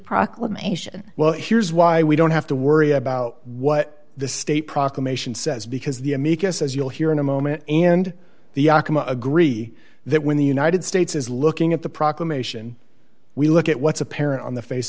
proclamation well here's why we don't have to worry about what the state proclamation says because the amicus as you'll hear in a moment and the i agree that when the united states is looking at the proclamation we look at what's apparent on the face